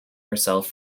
herself